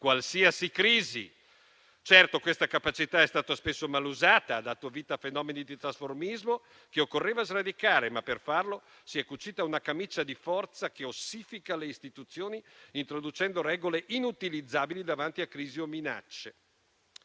qualsiasi crisi. Certo, questa capacità è stato spesso mal usata e ha dato vita a fenomeni di trasformismo che occorreva sradicare; ma, per farlo, si è cucita una camicia di forza che ossifica le istituzioni introducendo regole inutilizzabili davanti a crisi o minacce.